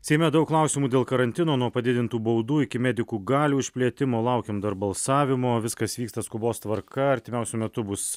seime daug klausimų dėl karantino nuo padidintų baudų iki medikų galių išplėtimo laukiam dar balsavimo viskas vyksta skubos tvarka artimiausiu metu bus